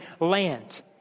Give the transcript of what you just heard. land